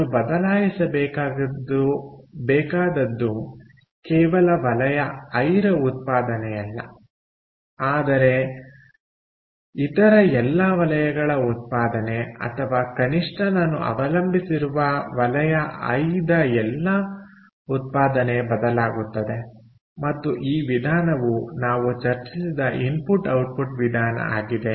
ನಾನು ಬದಲಾಯಿಸಬೇಕಾದದ್ದು ಕೇವಲ ವಲಯ ಐ ರ ಉತ್ಪಾದನೆಯಲ್ಲ ಆದರೆ ಇತರ ಎಲ್ಲ ವಲಯಗಳ ಉತ್ಪಾದನೆ ಅಥವಾ ಕನಿಷ್ಠ ನಾನು ಅವಲಂಬಿಸಿರುವ ವಲಯ ಐ ದ ಎಲ್ಲಾ ಉತ್ಪಾದನೆ ಬದಲಾಗುತ್ತದೆ ಮತ್ತು ಈ ವಿಧಾನವು ನಾವು ಚರ್ಚಿಸಿದ ಇನ್ಪುಟ್ ಔಟ್ಪುಟ್ ವಿಧಾನ ಆಗಿದೆ